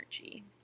energy